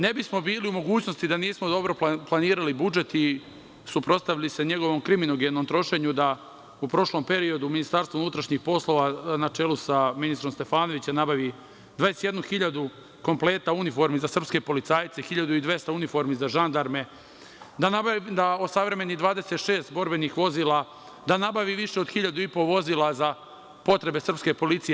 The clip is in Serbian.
Ne bismo bili u mogućnosti, da nismo dobro planirali budžet i suprotstavili se njegovom kriminogenom trošenju, da u prošlom periodu Ministarstvo unutrašnjih poslova, na čelu sa ministrom Stefanovićem, nabavi 21.000 kompleta uniformi za srpske policajce, 1.200 uniformi za žandarme, da osavremeni 26 borbenih vozila, da nabavi više od 1.500 vozila za potrebe srpske policije.